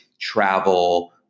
travel